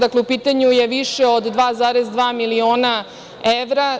Dakle, u pitanju je više od 2,2 miliona evra.